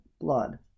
blood